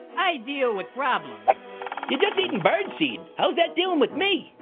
i deal with problems. you're just eatin' birdseed, how's that dealin' with me?